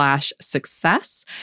success